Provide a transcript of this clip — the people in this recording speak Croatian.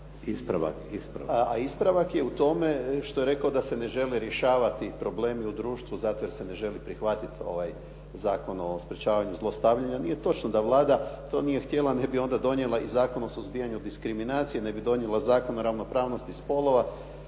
ispravak je u tome što je rekao da se ne žele rješavati problemi u društvu zato jer se ne želi prihvatiti Zakon o sprječavanju zlostavljanja. Nije točno. Da Vlada to nije htjela ne bi onda i donijela Zakon o suzbijanju diskriminacije, ne bi donijela Zakon o ravnopravnosti spolova